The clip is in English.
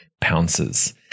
pounces